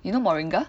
you know Moringa